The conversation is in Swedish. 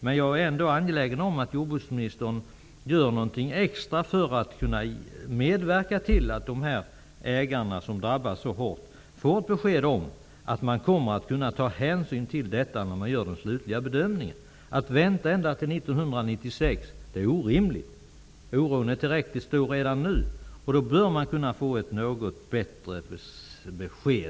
Men jag är ändå angelägen om att jordbruksministern gör något extra för att kunna medverka till att ägarna som drabbas så hårt får besked om att hänsyn kommer att tas till dessa problem vid den slutliga bedömningen. Det är orimligt att vänta ända till 1996. Oron är tillräckligt stor redan nu. Jag tycker att man bör kunna få ett bättre besked.